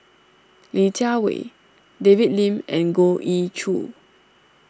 Li Jiawei David Lim and Goh Ee Choo